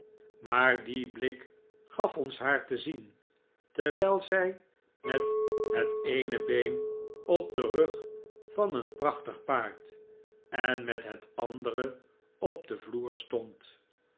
imnne loopbaan haar te zien terwijl zij met het eene been op den rug van een prachtig paard en met het andere op den vloer